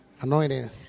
Anointing